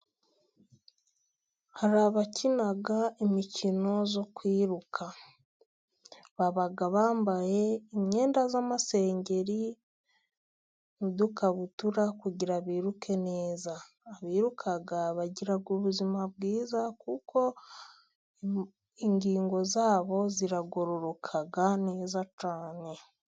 Hari abakina imikino yo kwiruka. Baba bambaye imyenda y''amasengeri n'udukabutura kugira ngo biruke neza. Abiruka bagira ubuzima bwiza, kuko ingingo zabo ziragororoka neza cyane.